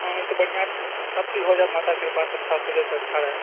हाँ तऽ बढ़िऑं छै सब चीज होइ जाइ माताक कृपासॅं अच्छा छै जाहिसॅं अच्छा रहै